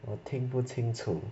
我听不清楚